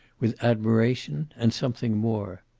with admiration and something more.